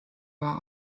war